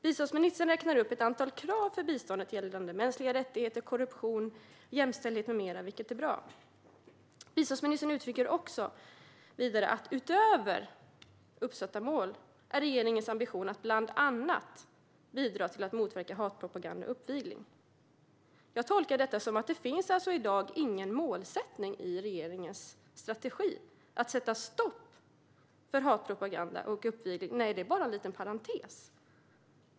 Biståndsministern räknar upp ett antal krav för biståndet gällande mänskliga rättigheter, korruption, jämställdhet med mera, vilket är bra. Biståndsministern uttrycker vidare att regeringens ambition "utöver uppsatta mål" är att "bland annat bidra till att motverka hatpropaganda och uppvigling". Jag tolkar detta som att det i dag inte finns någon målsättning i regeringens strategi att sätta stopp för hatpropaganda och uppvigling. Nej, det är bara en parentes.